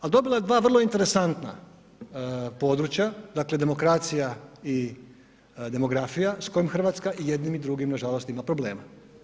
Ali dobila je dva vrlo interesantna područja dakle demokracija i demografija s kojom Hrvatska i jednim i drugim nažalost ima problema.